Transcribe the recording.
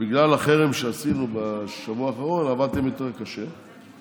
בגלל החרם שעשינו בשבוע האחרון עבדתם יותר קשה,